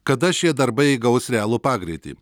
kada šie darbai įgaus realų pagreitį